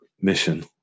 mission